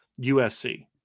usc